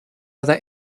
other